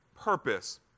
purpose